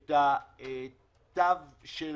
את התו של,